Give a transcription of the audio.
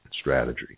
strategy